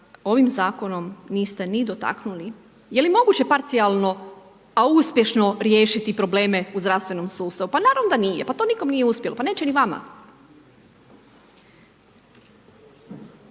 ovim zakonom niste ni dotaknuli. Je li moguće parcijalno, a uspješno riješiti probleme u zdravstvenom sustavu? Pa naravno da nije pa to nikom nije uspjelo pa neće ni vama.